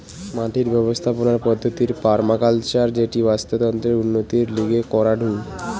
মাটির ব্যবস্থাপনার পদ্ধতির পার্মাকালচার যেটি বাস্তুতন্ত্রের উন্নতির লিগে করাঢু